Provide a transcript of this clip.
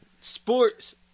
Sports